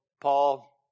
Paul